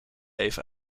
even